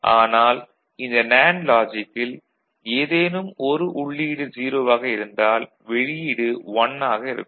ஆனால் இந்த நேண்டு லாஜிக்கில் ஏதேனும் ஒரு உள்ளீடு 0 ஆக இருந்தால் வெளியீடு 1 ஆக இருக்கும்